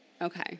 Okay